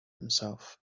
himself